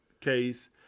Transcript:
case